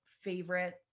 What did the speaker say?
favorite